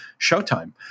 showtime